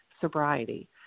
sobriety